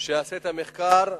יעשו את המחקר,